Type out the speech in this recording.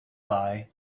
bye